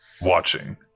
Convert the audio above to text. watching